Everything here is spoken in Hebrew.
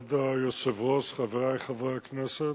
כבוד היושב-ראש, חברי חברי הכנסת,